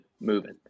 moving